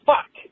Fuck